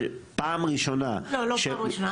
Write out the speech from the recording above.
זאת פעם ראשונה --- לא פעם ראשונה,